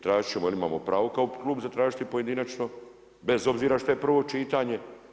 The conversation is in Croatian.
Tražit ćemo jer imamo pravo kao Klub zatražiti pojedinačno bez obzira što je prvo čitanje.